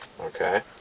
Okay